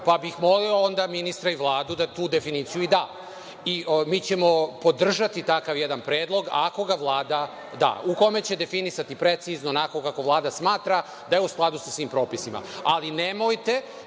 pa bih molio onda ministra i Vladu da tu definiciju i da. Mi ćemo podržati takav jedan predlog, ako ga Vlada dostavi, u kome će definisati precizno, onako kako Vlada smatra, da je u skladu sa svim propisima. Ali, nemojte